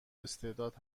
استعداد